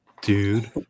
Dude